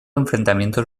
enfrentamientos